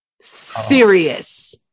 serious